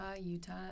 Utah